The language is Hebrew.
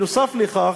נוסף על כך,